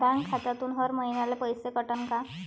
Bank खात्यातून हर महिन्याले पैसे कटन का?